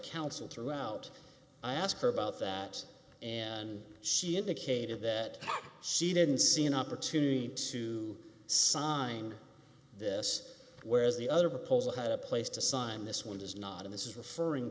counsel throughout i asked her about that and she indicated that she didn't see an opportunity to sign this whereas the other proposal had a place to sign this one does not in this is referring